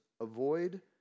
Avoid